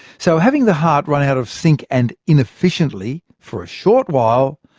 so, having the heart run out-of-sync and inefficiently for a short while,